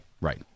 right